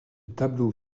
tableau